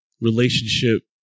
relationship